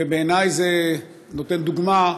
ובעיניי זה נותן דוגמה,